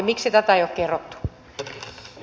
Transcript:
miksi tätä ei ole kerrottu